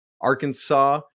Arkansas